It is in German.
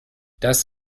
das